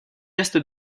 est